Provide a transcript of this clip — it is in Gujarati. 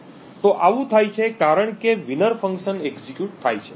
તો આવું થાય છે કારણ કે વિનર ફંક્શન એક્ઝેક્યુટ થાય છે